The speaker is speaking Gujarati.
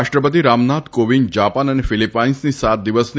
રાષ્ટ્રપતી રામનાથ કોવિંદ જાપાન અને ક્રીલીપાઇન્સની સાત દિવસની